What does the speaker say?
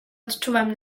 odczuwam